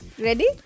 Ready